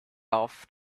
off